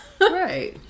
right